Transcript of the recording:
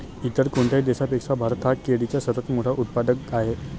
इतर कोणत्याही देशापेक्षा भारत हा केळीचा सर्वात मोठा उत्पादक आहे